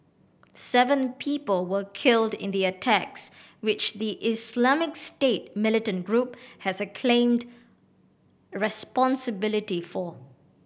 seven people were killed in the attacks which the Islamic State militant group has acclaimed responsibility for